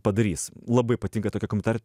padarys labai patinka toki komentarai